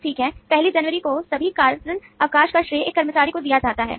ठीक है पहली जनवरी को सभी कारण अवकाश का श्रेय एक कर्मचारी को दिया जाता है